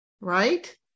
right